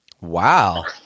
Wow